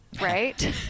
right